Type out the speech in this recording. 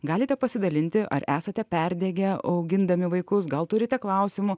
galite pasidalinti ar esate perdegę augindami vaikus gal turite klausimų